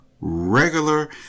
regular